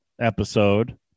episode